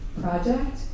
project